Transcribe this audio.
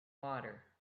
water